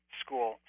school